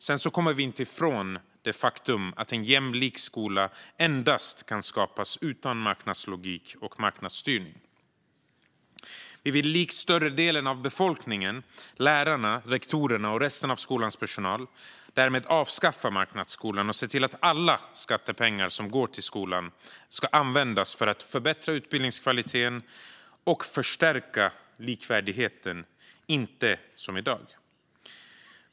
Sedan kommer vi inte ifrån det faktum att en jämlik skola endast kan skapas utan marknadslogik och marknadsstyrning. Vi vill likt större delen av befolkningen, lärarna, rektorerna och resten av skolans personal, därmed avskaffa marknadsskolan och se till att alla skattepengar som går till skolan ska användas för att förbättra utbildningskvaliteten och stärka likvärdigheten. Det ska inte vara som i dag.